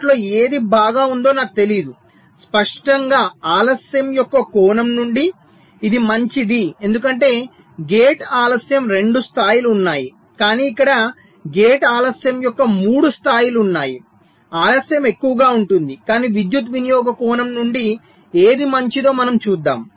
వాటిలో ఏది బాగా ఉందో నాకు తెలియదు స్పష్టంగా ఆలస్యం యొక్క కోణం నుండి ఇది మంచిది ఎందుకంటే గేట్ ఆలస్యం 2 స్థాయిలు ఉన్నాయి కానీ ఇక్కడ గేట్ ఆలస్యం యొక్క 3 స్థాయిలు ఉన్నాయి ఆలస్యం ఎక్కువగా ఉంటుంది కానీ విద్యుత్ వినియోగ కోణం నుండి ఏది మంచిదో మనం చూద్దాం